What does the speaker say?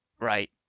Right